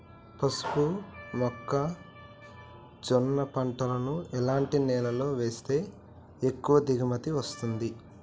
పసుపు మొక్క జొన్న పంటలను ఎలాంటి నేలలో వేస్తే ఎక్కువ దిగుమతి వస్తుంది?